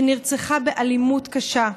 שנרצחה באלימות קשה,